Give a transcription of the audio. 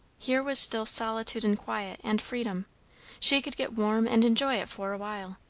here was still solitude and quiet and freedom she could get warm and enjoy it for awhile,